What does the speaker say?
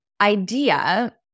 idea